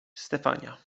stefania